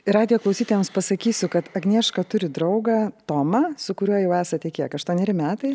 ir radijo klausytojams pasakysiu kad agnieška turi draugą tomą su kuriuo jau esate kiek aštuoneri metai